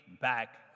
back